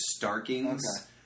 Starking's